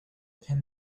pin